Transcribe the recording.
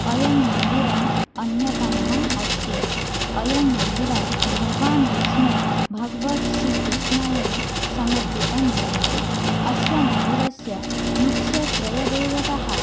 अयं मन्दिरम् अन्यतमः अस्ति अयं मन्दिरम् भगवान् विष्णुः भगवत् श्रीकृष्णाय समर्पितं भवति अस्य मन्दिरस्य मुख्याः त्रयः देवताः